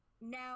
now